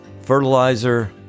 fertilizer